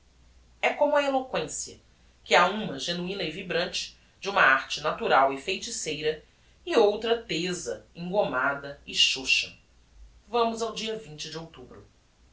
é como a eloquencia que ha uma genuina e vibrante de uma arte natural e feiticeira e outra tesa engommada e chocha vamos ao dia de outubro